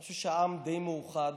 אני חושב שהעם די מאוחד,